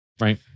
Right